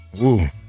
Woo